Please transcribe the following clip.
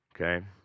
Okay